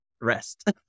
rest